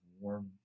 warm